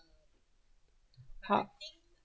!huh!